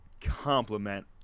compliment